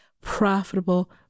profitable